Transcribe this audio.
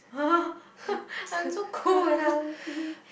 !huh! I'm so cold and hungry